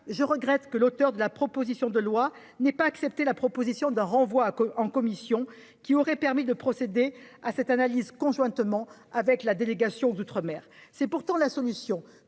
je regrette que l'auteur de la proposition de loi n'ait pas accepté la proposition d'un renvoi en commission, qui aurait permis de procéder à cette analyse conjointement avec la délégation aux outre-mer. C'est pourtant la solution